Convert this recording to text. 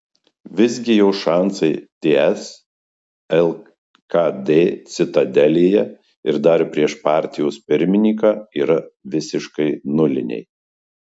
visgi jos šansai ts lkd citadelėje ir dar prieš partijos pirmininką yra visiškai nuliniai